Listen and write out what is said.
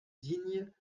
digne